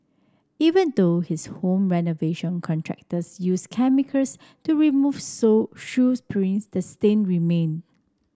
even though his home renovation contractors used chemicals to remove show shoes prints the stain remained